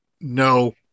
no